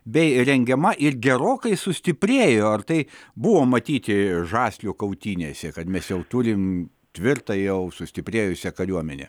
bei rengiama ir gerokai sustiprėjo ar tai buvo matyti žaslių kautynėse kad mes jau turim tvirtą jau sustiprėjusią kariuomenę